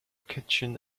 kitchen